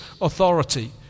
authority